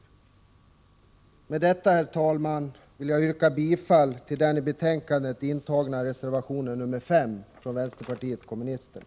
Med detta, herr talman, vill jag yrka bifall till den i betänkandet intagna reservationen nr 5 från vänsterpartiet kommunisterna.